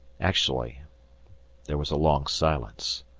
actually there was a long silence,